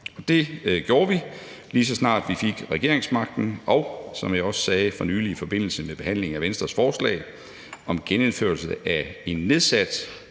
Det gjorde vi, lige så snart vi fik regeringsmagten, og som jeg også sagde for nylig i forbindelse med behandlingen af Venstres forslag om genindførelse af en nedsat,